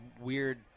weird